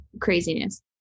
craziness